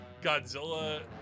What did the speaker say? Godzilla